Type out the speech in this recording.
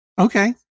Okay